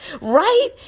right